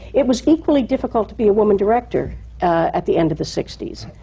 it was equally difficult to be a woman director at the end of the sixties.